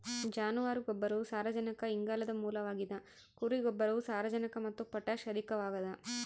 ಜಾನುವಾರು ಗೊಬ್ಬರವು ಸಾರಜನಕ ಇಂಗಾಲದ ಮೂಲವಾಗಿದ ಕುರಿ ಗೊಬ್ಬರವು ಸಾರಜನಕ ಮತ್ತು ಪೊಟ್ಯಾಷ್ ಅಧಿಕವಾಗದ